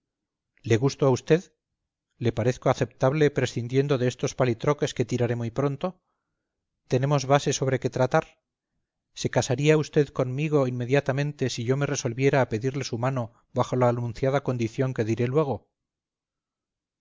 le gusto a usted le parezco aceptable presciendiendo de estos palitroques que tiraré muy pronto tenemos base sobre que tratar se casaría usted conmigo inmediatamente si yo me resolviera a pedirle su mano bajo la anunciada condición que diré luego